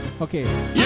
Okay